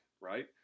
right